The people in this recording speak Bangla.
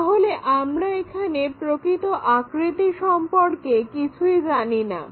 তাহলে আমরা এখানে প্রকৃত আকৃতি সম্পর্কে কিছুই জানিনা